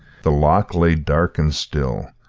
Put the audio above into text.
the loch lay dark and still,